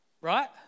right